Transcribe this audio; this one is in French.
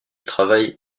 travaille